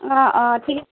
অঁ অঁ ঠিক আছে